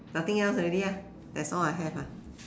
nothing else already ah that's all I have ah